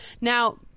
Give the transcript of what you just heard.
Now